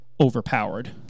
overpowered